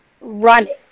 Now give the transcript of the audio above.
running